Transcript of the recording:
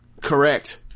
Correct